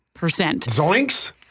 Zoinks